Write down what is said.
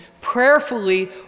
prayerfully